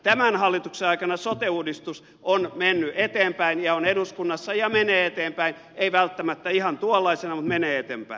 tämän hallituksen aikana sote uudistus on mennyt eteenpäin ja on eduskunnassa ja menee eteenpäin ei välttämättä ihan tuollaisena mutta menee eteenpäin